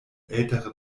ältere